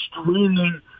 streaming